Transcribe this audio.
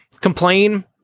complain